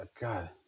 God